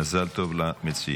מזל טוב למציעים.